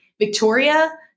Victoria